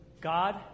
God